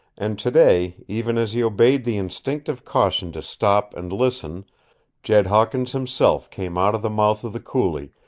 and today even as he obeyed the instinctive caution to stop and listen jed hawkins himself came out of the mouth of the coulee,